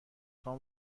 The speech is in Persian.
هام